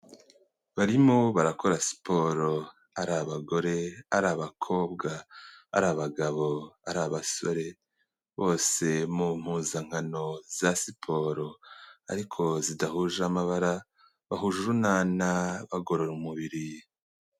Barimo barakora siporo. Ari abagore, ari abakobwa, ari abagabo, ari abasore, bose mu mpuzankano za siporo ariko zidahuje amabara bahuje urunana bagorora umubiri.